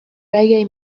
reggae